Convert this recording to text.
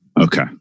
Okay